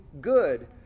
good